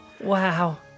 Wow